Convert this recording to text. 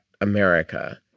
America